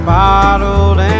bottled